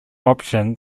option